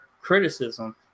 criticism